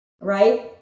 Right